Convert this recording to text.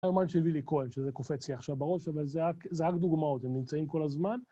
היומן של וילי כהן, שזה קופץ לי עכשיו בראש, אבל זה רק דוגמאות, הם נמצאים כל הזמן.